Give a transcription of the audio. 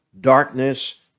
darkness